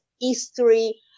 history